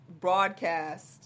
broadcast